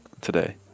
today